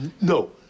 No